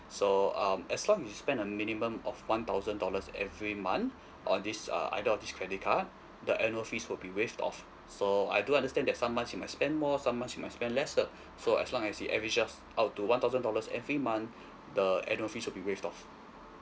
so um as long you spend a minimum of one thousand dollars every month on this uh either of these credit card the annual fees will be waived off so I do understand that some month you might spend more some month you might spend lesser so as long as the averages out to one thousand dollars every month the annual fees would be waived off